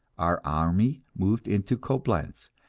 our army moved into coblentz,